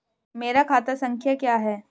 मेरा खाता संख्या क्या है?